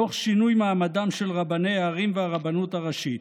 תוך שינוי מעמדם של רבני ערים והרבנות הראשית.